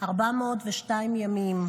402 ימים.